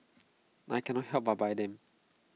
I cannot help but buy them